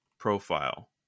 profile